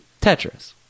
Tetris